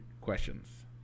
questions